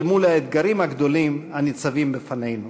אל מול האתגרים הגדולים הניצבים בפנינו.